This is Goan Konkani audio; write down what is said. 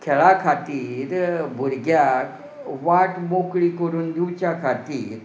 खेळा खातीर भुरग्यांक वाट मोकळी करून दिवच्या खातीर